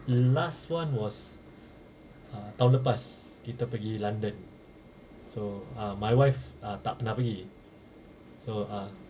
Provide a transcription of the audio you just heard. last [one] was uh tahun lepas kita pergi london so uh my wife uh tak pernah pergi so uh